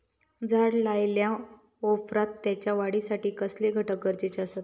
झाड लायल्या ओप्रात त्याच्या वाढीसाठी कसले घटक गरजेचे असत?